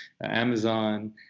Amazon